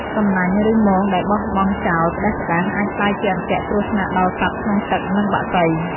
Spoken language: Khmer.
សំណាញ់ ឬ ម៉ងដែលបោះបង់ចោលផ្ដេសផ្ដាស អាចក្លាយជាអន្ទាក់គ្រោះថ្នាក់ដល់សត្វក្នុងទឹកនិងបក្សី។